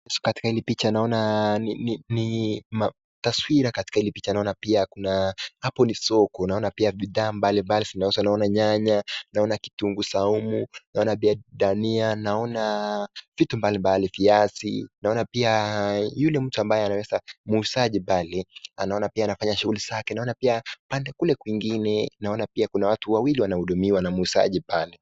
Katika hili picha naona ni taswira katika hili picha naona pia kuna hapo ni soko naona pia bidhaa mbalimbali zinauzwa naona nyanya, naona kitunguu saumu, naona pia ndania, naona vitu mbalimbali, viazi, naona pia yule mtu ambaye anaweza muuzaji pale naona pia anafanya shughuli zake naona pia pande kule kwingine naona pia kuna watu wawili wanahudumiwa na muuzaji pale.